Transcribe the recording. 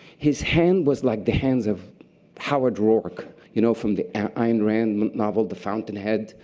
his hand was like the hands of howard rourke, you know, from the ayn rand novel the fountain head.